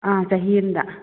ꯑꯥ ꯆꯍꯤ ꯑꯝꯗ